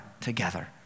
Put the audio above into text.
together